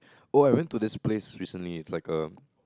oh I went to this place recently it's like a